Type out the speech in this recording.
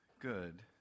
good